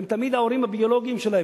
הם תמיד ההורים הביולוגיים שלהם,